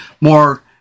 more